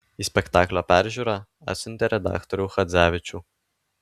į spektaklio peržiūrą atsiuntė redaktorių chadzevičių